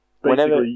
Whenever